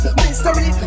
mystery